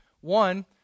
One